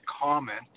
comment